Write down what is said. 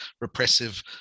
repressive